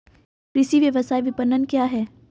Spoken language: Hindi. कृषि व्यवसाय विपणन क्या है?